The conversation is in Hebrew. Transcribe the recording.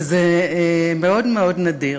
וזה מאוד מאוד נדיר.